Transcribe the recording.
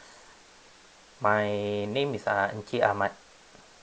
my name is uh encik ahmad